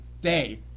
day